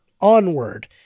Onward